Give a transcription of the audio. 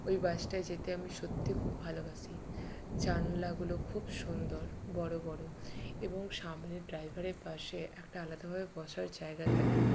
ওই বাসটায় যেতে আমি সত্যিই খুব ভালোবাসি জানলাগুলো খুব সুন্দর বড় বড় এবং সামনে ড্রাইভারের পাশে একটা আলাদাভাবে বসার জায়গা থাকে